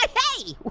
hey!